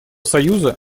союза